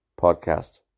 podcast